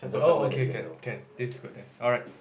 oh okay can can this is good then alright